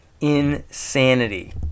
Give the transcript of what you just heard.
Insanity